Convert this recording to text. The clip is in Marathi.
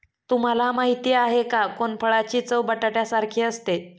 तुम्हाला माहिती आहे का? कोनफळाची चव बटाट्यासारखी असते